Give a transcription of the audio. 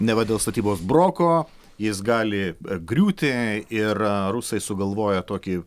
neva dėl statybos broko jis gali griūti ir rusai sugalvojo tokį